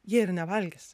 jie ir nevalgys